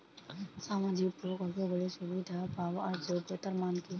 সামাজিক প্রকল্পগুলি সুবিধা পাওয়ার যোগ্যতা মান কি?